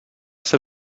ser